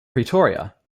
pretoria